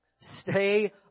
Stay